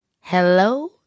Hello